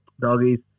Doggies